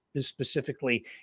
specifically